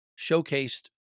showcased